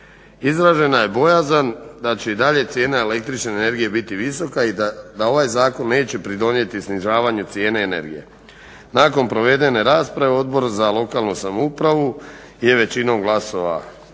Izražena je bojazan da će i dalje cijena električne energije biti visoka i da ovaj zakon neće pridonijeti snižavanju cijene energije. Nakon provedene rasprave Odbor za lokalnu upravu je većinom glasova